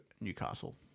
Newcastle